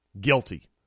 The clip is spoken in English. guilty